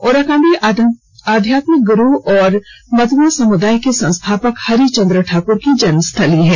ओराकांडी आध्यात्मिक गुरु और मतुआ समुदाय के संस्थापक हरि चन्द्रा ठाकर की जन्मस्थली है